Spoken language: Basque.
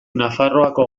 nafarroako